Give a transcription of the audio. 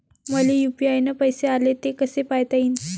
मले यू.पी.आय न पैसे आले, ते कसे पायता येईन?